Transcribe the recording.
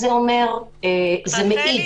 זה מעיד